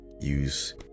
use